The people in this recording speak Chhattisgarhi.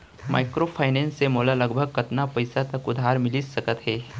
माइक्रोफाइनेंस से मोला लगभग कतना पइसा तक उधार मिलिस सकत हे?